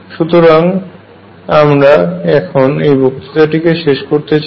সুতরাং আমরা এখন এই বক্তৃতা টিকে শেষ করতে চাই